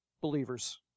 believers